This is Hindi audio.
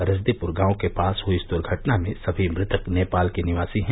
रजदेप्र गांव के पास हुई इस दुर्घटना में सभी मृतक नेपाल के निवासी है